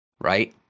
right